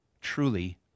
truly